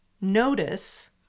notice